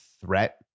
threat